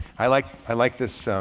i like, i like this,